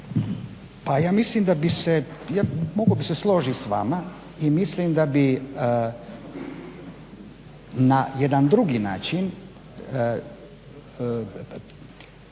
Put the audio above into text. Pa ja mislim da bi se, mogao bih se složiti s vama i mislim da bi na jedan drugi način